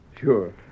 Sure